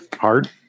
hard